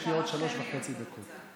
יש לי עוד שלוש וחצי דקות.